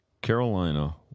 Carolina